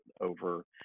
over